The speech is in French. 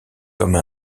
comme